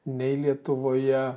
nei lietuvoje